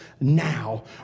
now